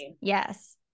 yes